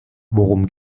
worum